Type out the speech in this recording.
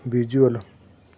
visual